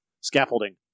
Scaffolding